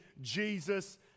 Jesus